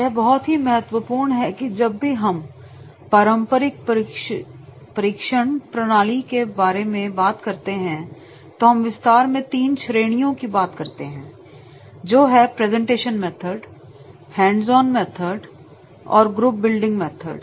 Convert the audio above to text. यह बहुत ही महत्वपूर्ण है कि जब भी हम पारंपरिक प्रशिक्षण प्रणाली के बारे में बात करते हैं तो हम विस्तार में तीन श्रेणियों की बात करते हैं जो हैं presentation method hands on method और ग्रुप बिल्डिंग मेथड